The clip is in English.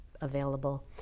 available